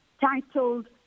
titled